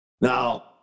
Now